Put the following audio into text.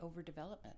overdevelopment